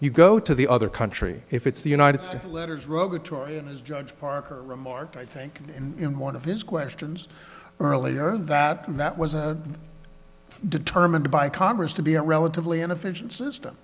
you go to the other country if it's the united states letters judge parker remarked i think in one of his questions earlier that that was a determined by congress to be a relatively inefficient system